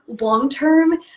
long-term